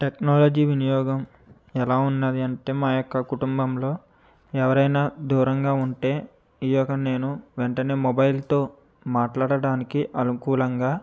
technology వినియోగం ఎలా ఉన్నాదంటే మా యొక్క కుటుంబంలో ఎవరైనా దూరంగా ఉంటె ఈ ఒక నేను వెంటనే మొబైల్తో మాట్లాడడానికి అనుకూలంగా